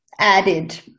added